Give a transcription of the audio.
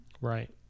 Right